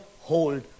hold